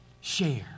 share